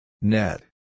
Net